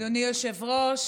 אדוני היושב-ראש,